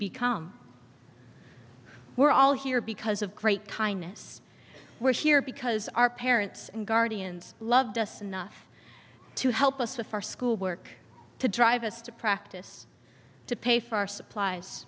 become we're all here because of great kindness we're here because our parents and guardians loved us enough to help us with our school work to drive us to practice to pay for our supplies